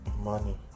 Money